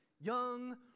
young